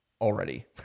already